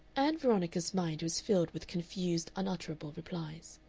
ann veronica's mind was filled with confused unutterable replies.